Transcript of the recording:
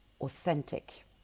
authentic